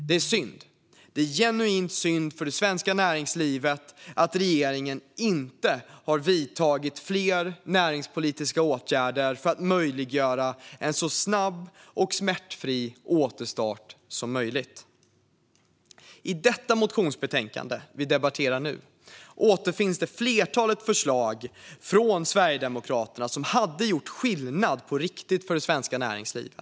Det är synd; det är genuint synd för det svenska näringslivet att regeringen inte har vidtagit fler näringspolitiska åtgärder för att möjliggöra en så snabb och smärtfri återstart som möjligt. I det motionsbetänkande som vi nu debatterar återfinns ett flertal förslag från Sverigedemokraterna som hade gjort skillnad på riktigt för det svenska näringslivet.